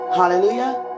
hallelujah